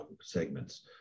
segments